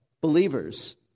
believers